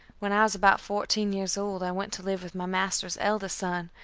when i was about fourteen years old i went to live with my master's eldest son,